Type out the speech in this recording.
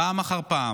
פעם אחר פעם,